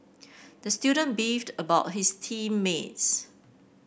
the student beefed about his team mates